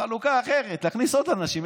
חלוקה אחרת, להכניס עוד אנשים.